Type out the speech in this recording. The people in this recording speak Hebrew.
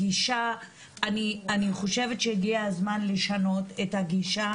אני חושבת שהגיע הזמן לשנות את הגישה,